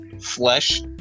flesh